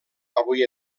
avui